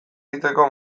egiteko